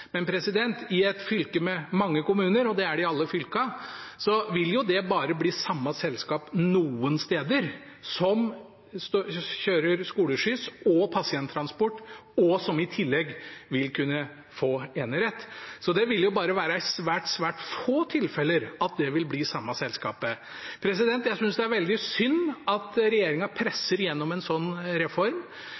bli samme selskap som kjører skoleskyss og pasienttransport, og som i tillegg vil kunne få enerett. Så det vil jo bare være i svært, svært få tilfeller at det vil bli det samme selskapet. Jeg synes det er veldig synd at regjeringen presser gjennom en sånn reform.